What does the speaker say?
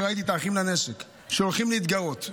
כשראיתי את האחים לנשק הולכים להתגרות,